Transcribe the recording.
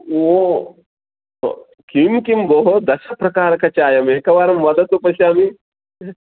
ओहो किं किं भोः दशप्रकारकचायम् एकवारं वदतु पश्यामि